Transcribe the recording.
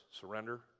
Surrender